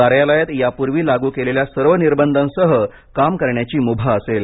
कार्यालयात यापूर्वी लागू केलेल्या सर्व निर्बंधांसह काम करण्याची मुभा असेल